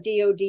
DOD